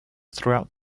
throughout